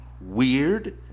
weird